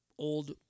old